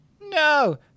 no